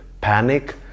panic